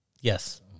Yes